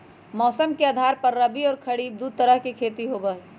मौसम के आधार पर रबी और खरीफ दु तरह के खेती होबा हई